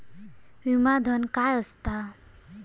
विमा धन काय असता?